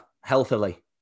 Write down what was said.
healthily